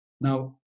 Now